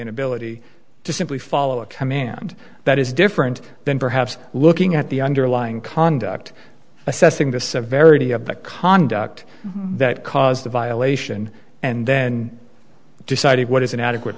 inability to simply follow a command that is different than perhaps looking at the underlying conduct assessing the severity of the conduct that caused the violation and then decided what is an adequate